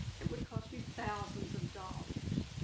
it would cost you thousands of dollars.